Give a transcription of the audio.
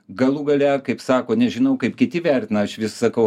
galų gale kaip sako nežinau kaip kiti vertina aš vis sakau